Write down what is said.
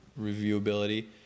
reviewability